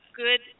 good